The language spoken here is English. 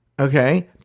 Okay